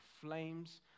flames